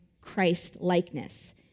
Christ-likeness